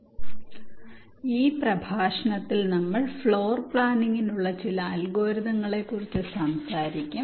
അതിനാൽ ഈ പ്രഭാഷണത്തിൽ നമ്മൾ ഫ്ലോർ പ്ലാനിംഗിനുള്ള ചില അൽഗോരിതങ്ങളെക്കുറിച്ച് സംസാരിക്കും